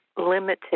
limited